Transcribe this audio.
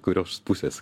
kurios pusės